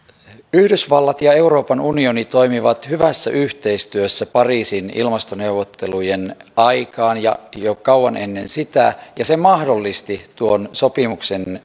yhdysvallat ja euroopan unioni toimivat hyvässä yhteistyössä pariisin ilmastoneuvottelujen aikaan ja jo kauan ennen sitä ja se mahdollisti tuon sopimuksen